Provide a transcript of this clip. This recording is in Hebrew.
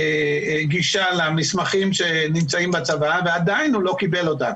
גישה למסמכים שנמצאים בצבא ועדיין הוא לא קיבל אותם.